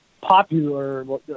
popular